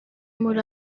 muri